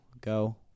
go